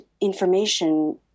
information